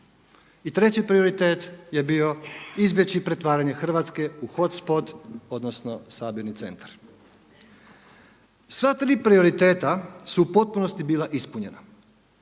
i treći prioritet je bio izbjeći pretvaranje Hrvatske u hotspot odnosno sabirni centar. Sva tri prioriteta su u potpunosti bila ispunjena.